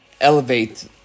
elevate